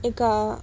एक